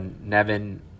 Nevin